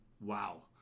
Wow